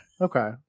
Okay